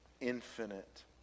infinite